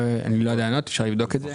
אני לא יודע לענות, אפשר לבדוק את זה.